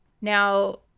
now